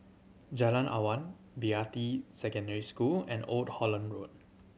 Jalan Awang Beatty Secondary School and Old Holland Road